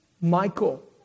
Michael